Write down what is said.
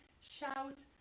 shout